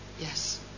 Yes